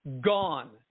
gone